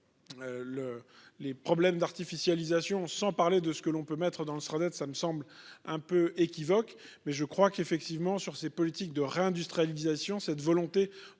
les problèmes d'artificialisation sans parler de ce que l'on peut mettre dans le train d'être ça me semble un peu équivoque. Mais je crois qu'effectivement sur ces politiques de réindustrialisation, cette volonté